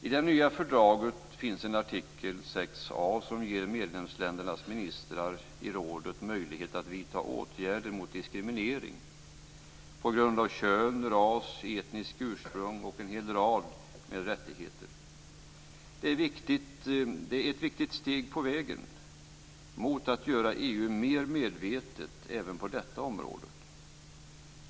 I det nya fördraget finns artikel 6a som ger medlemsländernas ministrar i rådet möjligheter att vidta åtgärder mot diskriminering på grund av kön, ras och etniskt ursprung samt anger en hel rad med rättigheter. Det är ett viktigt steg på vägen mot att göra EU mer medvetet även på detta område.